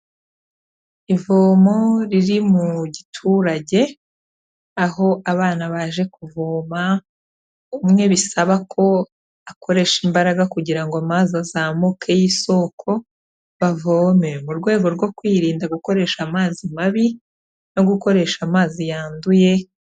Ivomo riri mu giturage aho abana baje kuvoma, umwe bisaba ko akoresha imbaraga kugira ngo amazi azamuke y'isoko bavome, mu rwego rwo kwirinda gukoresha amazi mabi no gukoresha amazi yanduye...